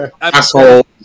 Asshole